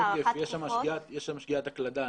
כן.